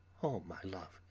oh, my love,